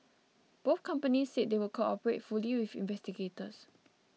both companies said they would cooperate fully with investigators